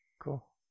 Cool